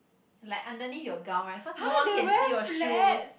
like underneath your gown right cause no one can see your shoes